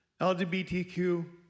LGBTQ